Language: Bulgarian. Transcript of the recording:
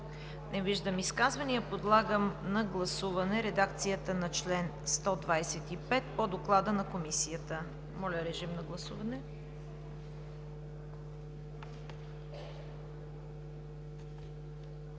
Не виждам изказвания. Подлагам на гласуване редакцията на чл. 125 по доклада на Комисията. Гласували